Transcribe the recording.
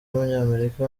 w’umunyamerika